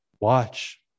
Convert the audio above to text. Watch